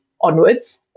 onwards